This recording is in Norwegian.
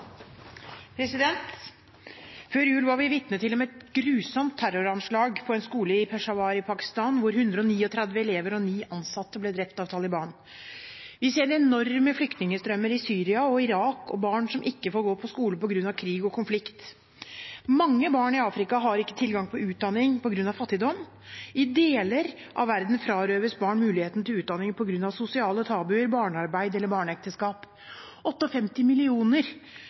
Før jul var vi vitne til et grusomt terroranslag mot en skole i Peshawar i Pakistan, hvor 139 elever og ni ansatte ble drept av Taliban. Vi ser enorme flyktningstrømmer i Syria og i Irak og barn som ikke får gå på skole på grunn av krig og konflikt. Mange barn i Afrika har ikke tilgang til utdanning på grunn av fattigdom. I deler av verden frarøves barn muligheten til utdanning på grunn av sosiale tabuer, barnearbeid eller barneekteskap. 58 millioner